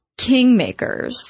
kingmakers